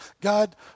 God